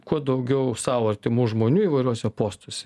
kuo daugiau sau artimų žmonių įvairiuose postuose ne